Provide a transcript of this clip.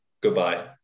Goodbye